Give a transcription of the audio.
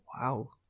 Wow